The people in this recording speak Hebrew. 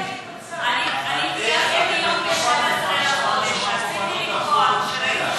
אני קבעתי דיון ל-12 בחודש, רציתי לקבוע.